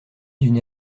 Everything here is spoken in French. d’une